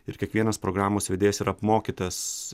ir kiekvienas programos vedėjas yra apmokytas